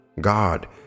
God